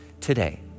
today